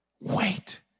wait